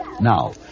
Now